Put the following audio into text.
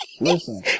Listen